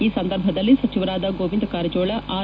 ಈ ಸಂದರ್ಭದಲ್ಲಿ ಸಚಿವರಾದ ಗೋವಿಂದ ಕಾರಜೋಳ ಆರ್